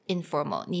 Informal